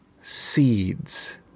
seeds